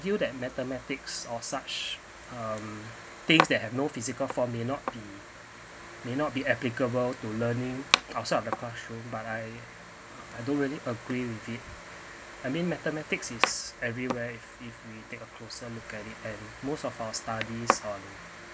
that mathematics or such um things that have no physical form may not be may not be applicable to learning outside of the classroom but I I don't really agree with it I mean mathematics is everywhere if if we take a closer look at it and most of our studies on